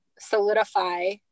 solidify